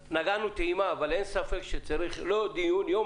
נגענו בטעימה אבל אין ספק שצריך לא עוד דיון אלא יום